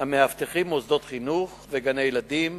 המאבטחים מוסדות חינוך וגני-ילדים